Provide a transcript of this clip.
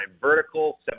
vertical